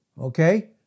Okay